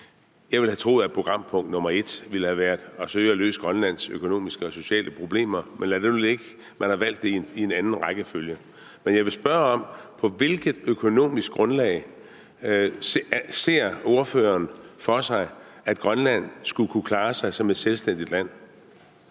Jeg ville have troet, at programpunkt nr. 1 ville have været at søge at løse Grønlands økonomiske og sociale problemer, men lad det nu ligge, man har valgt det i en anden rækkefølge. Men jeg vil spørge: På hvilket økonomisk grundlag ser ordføreren for sig at Grønland skulle kunne klare sig som et selvstændigt land?